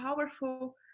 powerful